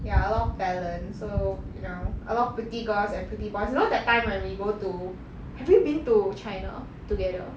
ya a lot of talent so you know a lot of pretty girls and pretty boys you know that time when we go to have you been to china together